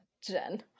jen